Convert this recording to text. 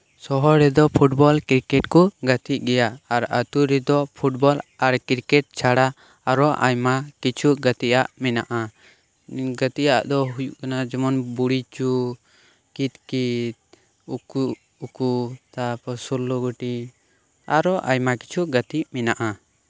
ᱥᱚᱦᱚᱨ ᱨᱮᱫᱚ football cricket ᱠᱚ ᱜᱟᱛᱤᱜ ᱜᱮᱭᱟ ᱟᱨ ᱟᱛᱳ ᱨᱮᱫᱚ ᱯᱷᱩᱴᱵᱚᱞ ᱟᱨ ᱠᱨᱤᱠᱮᱴ ᱪᱷᱟᱰᱟ ᱟᱨᱦᱚᱸ ᱟᱭᱢᱟ ᱠᱤᱪᱷᱩ ᱜᱟᱛᱤᱜ ᱟᱜ ᱢᱮᱱᱟᱜᱼᱟ ᱜᱟᱛᱤᱜ ᱟᱜ ᱫᱚ ᱦᱩᱭᱩᱜ ᱠᱟᱱᱟ ᱡᱮᱢᱚᱱ ᱼ ᱵᱩᱲᱦᱤ ᱪᱳᱨ ᱠᱤᱛᱼᱠᱤᱛ ᱩᱠᱩᱼᱩᱠᱩ ᱛᱟᱨᱯᱚᱨ ᱥᱳᱞᱞᱳ ᱜᱷᱩᱴᱤ ᱟᱨᱦᱚᱸ ᱟᱭᱢᱟ ᱠᱤᱪᱷᱩ ᱜᱟᱛᱤᱜ ᱢᱮᱱᱟᱜᱼᱟ